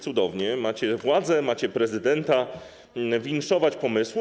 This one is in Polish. Cudownie, macie władzę, macie prezydenta - winszować pomysłu.